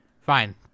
Fine